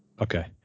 Okay